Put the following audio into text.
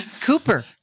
cooper